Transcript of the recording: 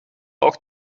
auch